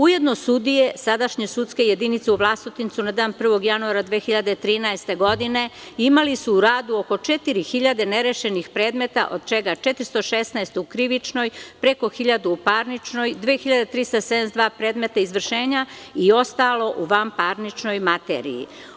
Ujedno, sudije sadašnje sudske jedinice u Vlasotincu, na dan 1. januara 2013. godine, imali su u radu oko 4.000 nerešenih predmeta, od čega 416 u krivičnoj, preko 1.000 u parničnoj i 2.372 predmeta izvršenja i ostalo u vanparničnoj materiji.